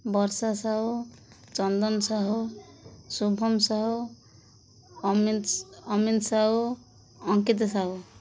ବର୍ଷା ସାହୁ ଚନ୍ଦନ ସାହୁ ଶୁଭମ ସାହୁ ଅମି ଅମିନ୍ ସାହୁ ଅଙ୍କିତା ସାହୁ